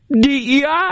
DEI